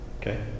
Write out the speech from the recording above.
Okay